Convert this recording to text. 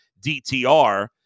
DTR